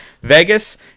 Vegas